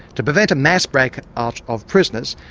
to prevent a mass breakout ah of prisoners,